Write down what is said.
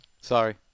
Sorry